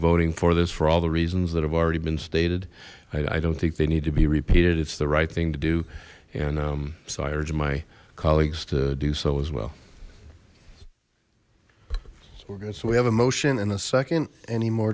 voting for this for all the reasons that have already been stated i i don't think they need to be repeated it's the right thing to do and i urge my colleagues to do so as well so we have a motion in a second any more